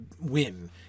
win